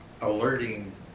alerting